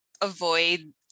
avoid